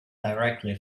directly